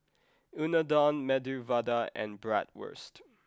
Unadon Medu Vada and Bratwurst